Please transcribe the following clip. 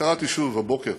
שקראתי שוב הבוקר